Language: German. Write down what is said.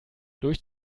durch